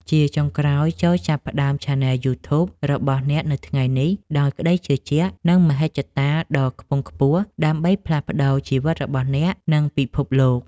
ជាចុងក្រោយ ចូរចាប់ផ្តើមឆានែលយូធូប របស់អ្នកនៅថ្ងៃនេះ ដោយក្តីជឿជាក់ និងមហិច្ឆតាដ៏ខ្ពង់ខ្ពស់ ដើម្បីផ្លាស់ប្តូរជីវិតរបស់អ្នក និងពិភពលោក។